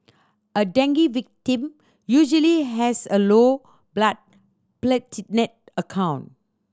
a dengue victim usually has a low blood platelet account